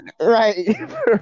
Right